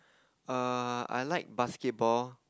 err I like basketball